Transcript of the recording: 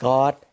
God